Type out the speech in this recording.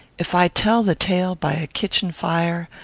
if i tell the tale by a kitchen-fire,